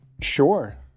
sure